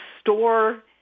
store